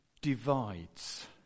divides